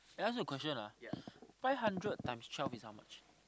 eh I ask you a question ah five hundred times twelve is how much